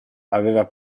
aveva